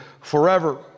forever